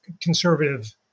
conservative